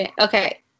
Okay